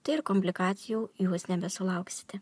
tai ir komplikacijų jūs nebesulauksite